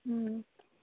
ꯎꯝ